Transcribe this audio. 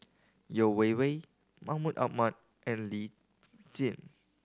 Yeo Wei Wei Mahmud Ahmad and Lee Tjin